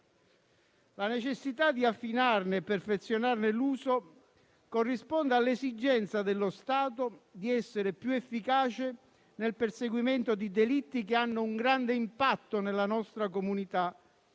La necessità di affinarne e perfezionarne l'uso corrisponde all'esigenza dello Stato di essere più efficace nel perseguimento di delitti che hanno un grande impatto nella nostra comunità